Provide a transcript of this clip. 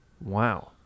Wow